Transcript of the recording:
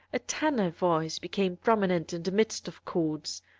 a tenor voice became prominent in the midst of chords.